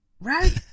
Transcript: Right